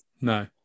no